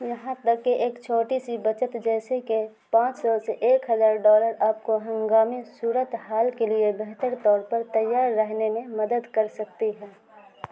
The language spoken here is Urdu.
یہاں تک کہ ایک چھوٹی سی بچت جیسے کہ پانچ سو سے ایک ہزار ڈالر آپ کو ہنگامی صورت حال کے لیے بہتر طور پر تیار رہنے میں مدد کر سکتی ہے